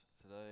today